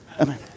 Amen